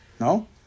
No